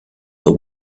that